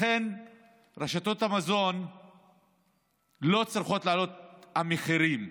לכן רשתות המזון לא צריכות להעלות את המחירים,